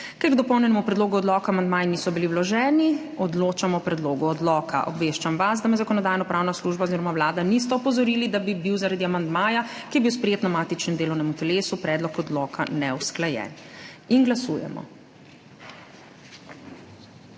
Ker k dopolnjenemu predlogu odloka amandmaji niso bili vloženi, odločamo o predlogu odloka. Obveščam vas, da me Zakonodajno-pravna služba oziroma Vlada nista opozorili, da bi bil zaradi amandmaja, ki je bil sprejet na matičnem delovnem telesu, predlog odloka neusklajen. Glasujemo.